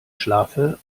schlafe